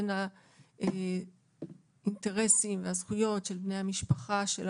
בין האינטרסים והזכויות של בני המשפחה של המנוח.